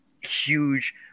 huge